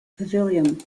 pavilion